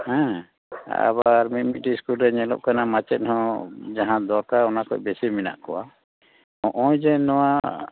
ᱦᱮᱸ ᱟᱵᱟᱨ ᱢᱤᱫ ᱢᱤᱫᱴᱤᱡ ᱤᱥᱠᱩᱞ ᱨᱮ ᱧᱮᱞᱚᱜ ᱠᱟᱱᱟ ᱢᱟᱪᱮᱫ ᱦᱚᱸ ᱡᱟᱦᱟᱸ ᱫᱚᱨᱠᱟᱨ ᱚᱱᱟ ᱠᱷᱚᱱ ᱵᱮᱥᱤ ᱢᱮᱱᱟᱜ ᱠᱚᱣᱟ ᱱᱚᱜᱼᱚᱭ ᱡᱮ ᱱᱚᱣᱟ